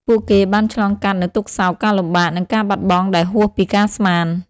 ពួកគេបានឆ្លងកាត់នូវទុក្ខសោក ការលំបាក និងការបាត់បង់ដែលហួសពីការស្មាន។